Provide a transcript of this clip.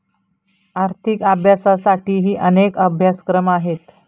आर्थिक अभ्यासासाठीही अनेक अभ्यासक्रम आहेत